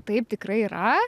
taip tikrai yra